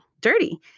dirty